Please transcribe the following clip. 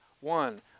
one